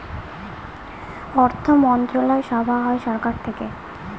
অর্থমন্ত্রণালয় সভা হয় সরকার থেকে